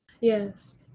Yes